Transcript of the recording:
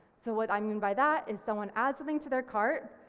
so what i mean by that is someone adds something to their cart,